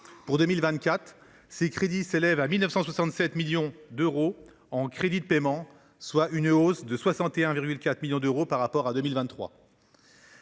Pour 2024, ses crédits s’élèvent à 1,967 milliard d’euros en crédits de paiement, soit une hausse de 61,4 millions d’euros par rapport à 2023.